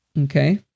Okay